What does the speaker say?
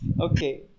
Okay